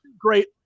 great